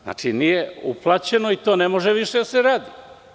Znači nije uplaćeno i to ne može više da se radi.